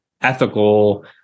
ethical